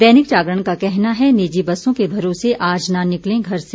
दैनिक जागरण का कहना है निजी बसों के भरोसे आज न निकलें घर से